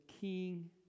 king